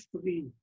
three